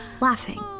Laughing